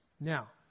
Now